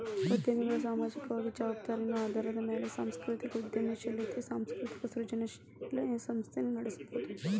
ಉದ್ಯಮಿಗಳ ಸಾಮಾಜಿಕ ಜವಾಬ್ದಾರಿ ಆಧಾರದ ಮ್ಯಾಲೆ ಸಾಂಸ್ಕೃತಿಕ ಉದ್ಯಮಶೇಲತೆ ಸಾಂಸ್ಕೃತಿಕ ಸೃಜನಶೇಲ ಸಂಸ್ಥೆನ ನಡಸಬೋದು